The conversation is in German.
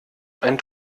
ein